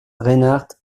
reinhardt